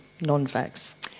non-facts